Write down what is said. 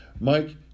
Mike